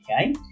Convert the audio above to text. okay